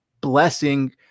blessing